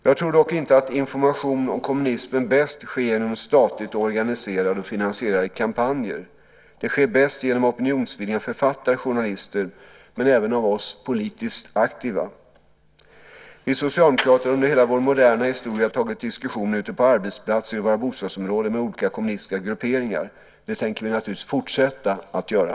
Jag tror dock inte att information om kommunismen bäst sker genom statligt organiserade och finansierade kampanjer. Det sker bäst genom opinionsbildning av författare och journalister men även av oss politiskt aktiva. Vi socialdemokrater har under hela vår moderna historia tagit diskussionen ute på arbetsplatser och i våra bostadsområden med olika kommunistiska grupperingar. Det tänker vi naturligtvis fortsätta att göra.